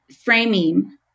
Framing